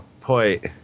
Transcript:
point